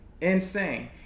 Insane